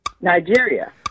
Nigeria